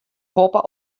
boppe